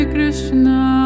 Krishna